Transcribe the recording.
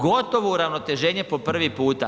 Gotovo uravnoteženje po prvi puta.